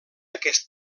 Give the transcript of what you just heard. aquest